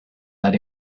that